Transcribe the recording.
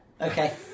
okay